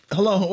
Hello